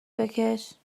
بکش